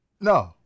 No